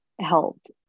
helped